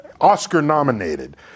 Oscar-nominated